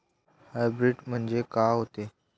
Hybrid म्हनजे का होते?